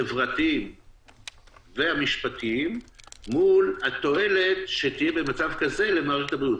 החברתיים והמשפטיים מול התועלת שתהיה במצב כזה למערכת הבריאות.